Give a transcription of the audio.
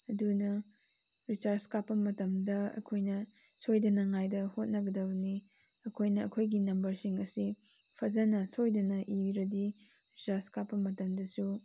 ꯑꯗꯨꯅ ꯔꯤꯆꯥꯔꯖ ꯀꯥꯞꯄ ꯃꯇꯝꯗ ꯑꯩꯈꯣꯏꯅ ꯁꯣꯏꯗꯅꯉꯥꯏꯗ ꯍꯣꯠꯅꯒꯗꯕꯅꯤ ꯑꯩꯈꯣꯏꯅ ꯑꯩꯈꯣꯏꯒꯤ ꯅꯝꯕꯔꯁꯤꯡ ꯑꯁꯤ ꯐꯖꯅ ꯁꯣꯏꯗꯅ ꯏꯔꯗꯤ ꯔꯤꯆꯥꯔꯖ ꯀꯥꯞꯄ ꯃꯇꯝꯗꯁꯨ